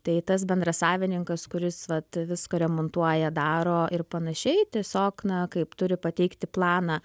tai tas bendrasavininkas kuris vat viską remontuoja daro ir panašiai tiesiog na kaip turi pateikti planą